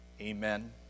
amen